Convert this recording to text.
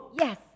Yes